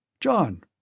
John